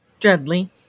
Dreadly